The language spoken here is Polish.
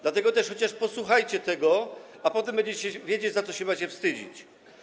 Dlatego chociaż posłuchajcie tego, a potem będziecie wiedzieć, za co się macie wstydzić.